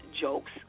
jokes